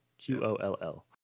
Q-O-L-L